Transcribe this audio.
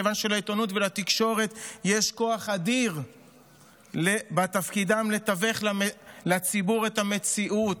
כיוון שלעיתונות ולתקשורת יש כוח אדיר בתפקידן לתווך לציבור את המציאות,